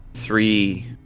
Three